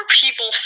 people